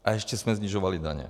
A ještě jsme snižovali daně.